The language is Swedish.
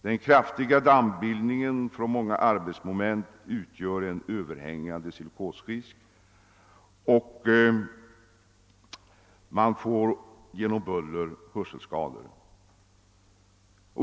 Den kraftiga dammbildningen från många arbetsmoment utgör en överhängande silikosrisk, och genom buller får man hörselskador.